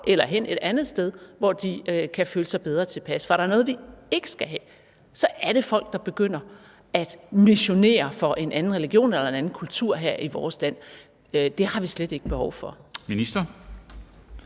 eller hen et andet sted, hvor de kan føle sig bedre tilpas. For er der noget, vi ikke skal have, så er det folk, der begynder at missionere for en anden religion eller en anden kultur her i vores land. Det har vi slet ikke behov for. Kl.